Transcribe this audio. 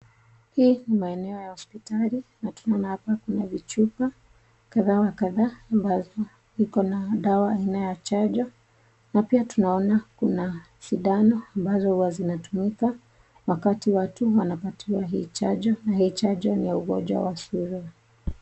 Hii ni maeneo ya hosipitali na tunaona hapa kuna vichupa kadha wa kadha ambavyo vika na dawa aina ya chanjo na pia tunaona sindano ambazo huwa zinatumika wakati watu wanapatiwa hii chanjo na hii chanjo ni ya ugonjwa wa suruu